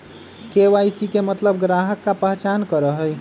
KYC के मतलब ग्राहक का पहचान करहई?